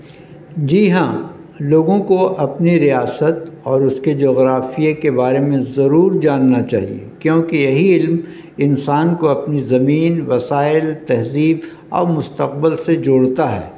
جی ہاں لوگوں کو اپنی ریاست اور اس کے جغرافیہ کے بارے میں ضرور جاننا چاہیے کیونکہ یہی علم انسان کو اپنی زمین وسائل تہذیب اور مستقبل سے جوڑتا ہے